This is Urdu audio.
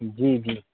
جی جی